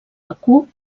bakú